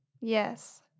Yes